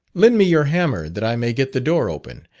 lend me your hammer that i may get the door open,